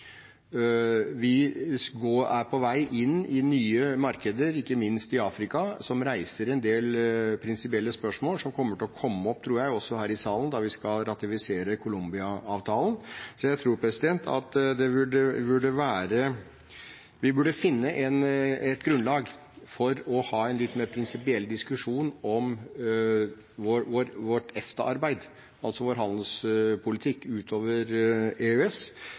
Vi er på vei inn i nye markeder, ikke minst i Afrika, som reiser en del prinsipielle spørsmål som jeg tror også vil komme opp her i salen når vi skal ratifisere Colombia-avtalen. Så jeg tror vi burde finne et grunnlag for å ha en litt mer prinsipiell diskusjon om vårt EFTA-arbeid, altså vår handelspolitikk, utover EØS.